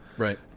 Right